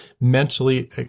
mentally